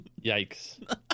Yikes